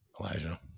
Elijah